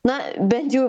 na bent jau